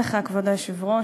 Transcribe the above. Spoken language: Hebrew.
לקחת את המשפחה שלו,